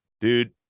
Dude